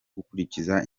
gukurikiza